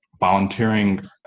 volunteering